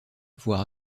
voire